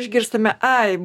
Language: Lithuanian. išgirstame ai